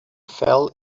fell